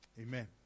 Amen